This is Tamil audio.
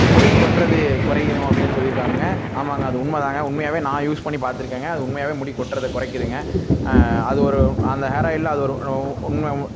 முடி கொட்டுறது குறையும் அப்படின்னு சொல்லியிருக்காங்கங்க ஆமாங்க அது உண்மை தாங்க உண்மையாகவே நான் யூஸ் பண்ணி பார்த்துருக்கேங்க அது உண்மையாகவே முடி கொட்டுறத குறைக்கிதுங்க அது ஒரு அந்த ஹேர் ஆயில்ல அது ஒரு உண்மை